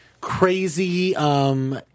crazy-